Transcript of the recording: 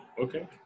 Okay